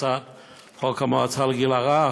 הצעת חוק המועצה לגיל הרך.